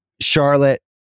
Charlotte